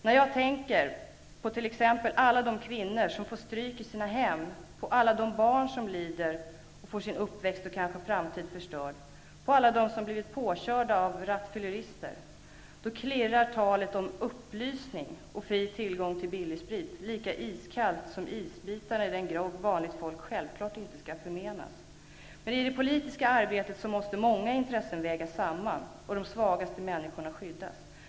När jag tänker på t.ex. alla de kvinnor som får stryk i sina hem, på alla de barn som lider och får sin uppväxt och kanske sin framtid förstörd och på alla dem som blivit påkörda av rattfyllerister, då klirrar talet om ''upplysning'' och fri tillgång till billig sprit lika iskallt som isbitarna i den grogg vanligt folk självklart inte skall förmenas. I det politiska arbetet måste många intressen vägas samman och de svagaste människorna skyddas.